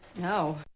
No